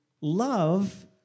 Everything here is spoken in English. love